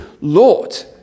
Lord